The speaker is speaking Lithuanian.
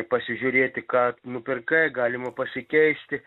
pasižiūrėti ką nupirkai galima pasikeisti